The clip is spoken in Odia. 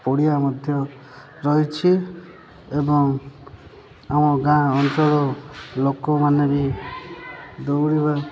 ପଡ଼ିଆ ମଧ୍ୟ ରହିଛି ଏବଂ ଆମ ଗାଁ ଅଞ୍ଚଳ ଲୋକମାନେ ବି ଦୌଡ଼ିବା